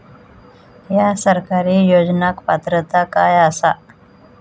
हया सरकारी योजनाक पात्रता काय आसा?